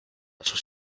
sus